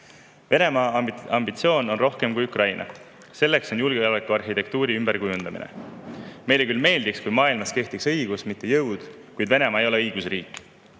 Venemaa ambitsioon on suurem kui Ukraina [vallutamine], see on julgeolekuarhitektuuri ümberkujundamine. Meile küll meeldiks, kui maailmas kehtiks õigus, mitte jõud, kuid Venemaa ei ole õigusriik.